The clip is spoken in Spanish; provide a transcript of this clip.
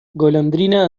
golondrina